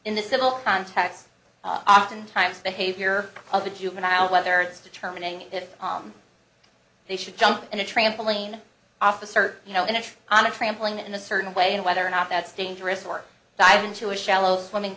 in the civil context often times the havior of the juvenile whether it's determining if they should jump on a trampoline office or you know in a on a trampoline in a certain way and whether or not that's dangerous or dive into a shallow swimming